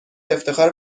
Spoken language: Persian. افتخار